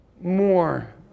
more